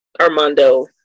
Armando